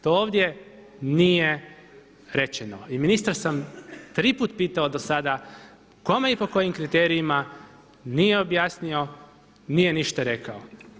To ovdje nije rečeno i ministra sam tri puta pitao do sada kome i po kojim kriterijima, nije objasnio, nije ništa rekao.